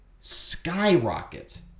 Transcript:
skyrocket